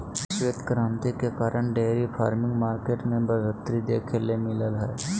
श्वेत क्रांति के कारण डेयरी फार्मिंग मार्केट में बढ़ोतरी देखे ल मिललय हय